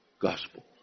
Gospel